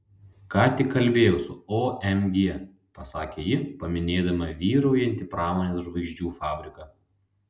ką tik kalbėjau su omg pasakė ji paminėdama vyraujantį pramonės žvaigždžių fabriką